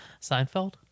seinfeld